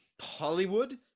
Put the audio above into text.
Hollywood